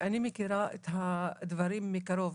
ואני מכירה את הדברים מקרוב.